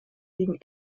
gegen